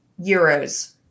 euros